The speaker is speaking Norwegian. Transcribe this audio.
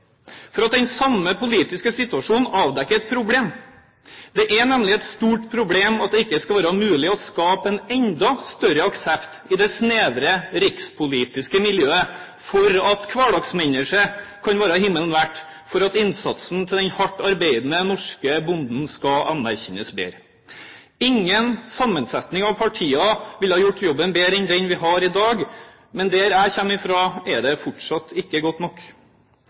for at den samme politiske situasjonen avdekker et problem. Det er nemlig et stort problem at det ikke skal være mulig å skape en enda større aksept i det snevre rikspolitiske miljøet for at «kvardagsmenneske» kan være «himmerike verdt», for at innsatsen til den hardt arbeidende norske bonden skal anerkjennes mer. Ingen sammensetning av partier ville ha gjort jobben bedre enn den vi har i dag. Men der jeg kommer fra, er det fortsatt ikke godt nok.